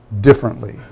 differently